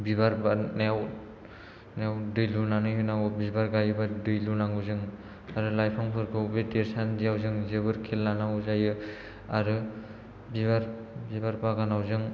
बिबार बारनायाव नायाव दै लुनानै होनांगौ बिबार गायोबा दै लुनांगौ जों आरो लायफोरखौ बे देरसानदिआव जों जोबोर खेल लानांगौ जायो आरो बिबार बिबार बागानाव जों